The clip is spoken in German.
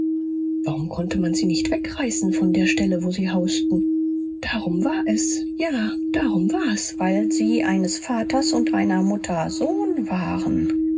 warum konnte man sie nicht wegreißen von der stelle wo sie hausten darum war es ja darum war's weil sie eines vaters und einer mutter sohn waren